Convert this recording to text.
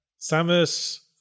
Samus